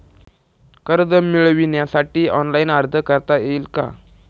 कर्ज मिळविण्यासाठी ऑनलाइन अर्ज करता येईल का?